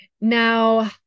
Now